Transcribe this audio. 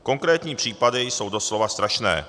Konkrétní případy jsou doslova strašné.